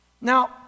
Now